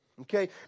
Okay